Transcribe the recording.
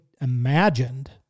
imagined